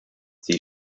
sie